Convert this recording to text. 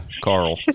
Carl